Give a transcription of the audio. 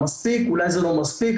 אולי זה לא מספיק,